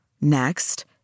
Next